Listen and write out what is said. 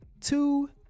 Two